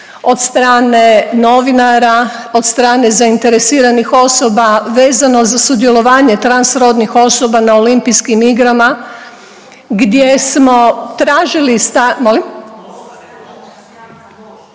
od strane novinara, od strane zainteresiranih osoba vezano za sudjelovanje trans rodnih osoba na Olimpijskim igrama gdje smo tražili